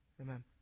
amen